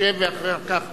תשב ואחר כך